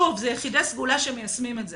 שוב, זה יחידי סגולה שמיישמים את זה.